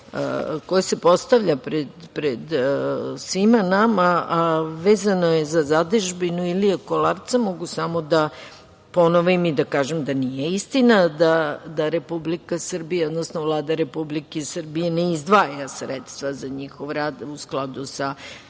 koje se postavlja pred svima nama, a vezano je za Zadužbinu Ilije Kolarca, mogu samo da ponovim i da kažem da nije istina da Republika Srbija, odnosno Vlada Republike Srbije ne izdvaja sredstva za njihov rad. U skladu sa